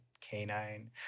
canine